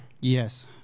Yes